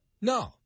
No